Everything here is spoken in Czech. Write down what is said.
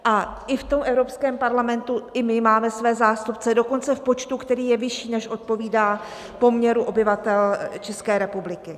A v Evropském parlamentu i my máme své zástupce, dokonce v počtu, který je vyšší, než odpovídá poměru obyvatel České republiky.